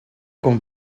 con